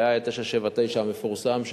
והיה 979 המפורסם,